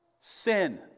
Sin